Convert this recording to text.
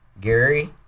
Gary